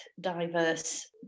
diverse